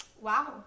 Wow